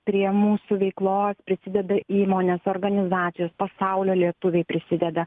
ėjo prie mūsų veiklos prisideda įmonės organizacijos pasaulio lietuviai prisideda